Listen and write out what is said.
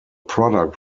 product